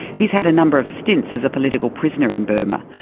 he has had a number of stints as a political prisoner in burma,